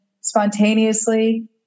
spontaneously